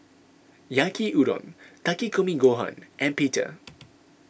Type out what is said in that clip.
Yaki Udon Takikomi Gohan and Pita